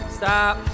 stop